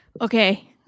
Okay